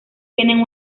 tienen